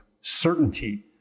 certainty